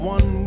One